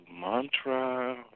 mantra